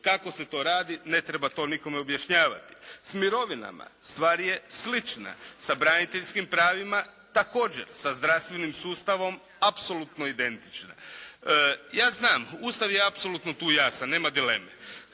Kako se to radi ne treba to nikome objašnjavati. S mirovinama stvar je slična, sa braniteljskim pravima također, sa zdravstvenim sustavom apsolutno identična. Ja znam, Ustav je apsolutno tu jasan nema dileme.